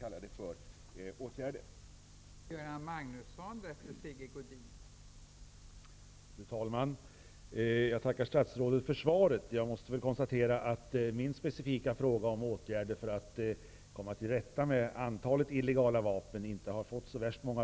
Vad anser justitieministern om det?